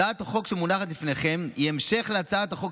הצעת החוק שמונחת לפניכם היא המשך להצעת החוק